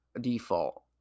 default